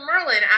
Merlin